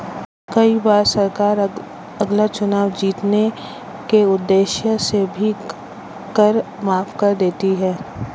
कई बार सरकार अगला चुनाव जीतने के उद्देश्य से भी कर माफ कर देती है